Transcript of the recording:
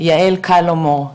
יעל קלומור,